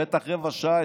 בטח רבע שעה,